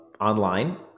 online